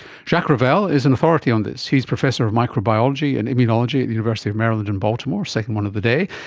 jacques ravel is an authority on this. he is a professor of microbiology and immunology at the university of maryland in baltimore, second one of the day,